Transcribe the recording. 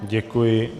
Děkuji.